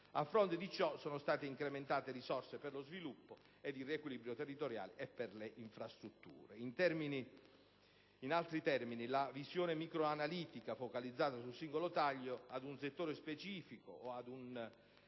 A fronte di ciò, sono state incrementate le risorse per lo sviluppo ed il riequilibrio territoriale e per le infrastrutture. In altri termini, la visione micro-analitica focalizzata sul singolo taglio ad un settore specifico o ad un